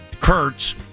Kurtz